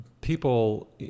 people